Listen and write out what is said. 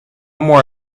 more